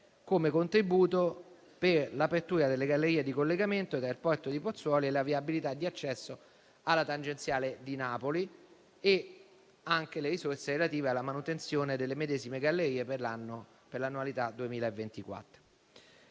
come contributo per l'apertura delle gallerie di collegamento dal porto di Pozzuoli e la viabilità di accesso alla tangenziale di Napoli e quelle relative alla manutenzione delle medesime gallerie per l'annualità 2024.